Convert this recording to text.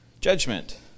judgment